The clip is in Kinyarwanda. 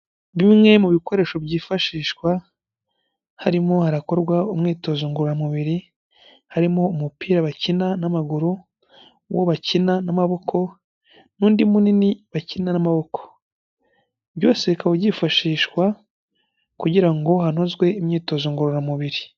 Bimwe mu bikoresho byifashishwa harimo harakorwa umwitozo ngororamubiri, harimo umupira bakina n'amaguru, uwo bakina n'amaboko n'undi munini bakina n'amaboko. Byose bikaba byifashishwa kugira ngo hanozwe imyitozo ngororamubiri.